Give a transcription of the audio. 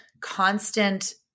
constant